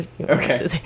okay